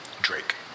Drake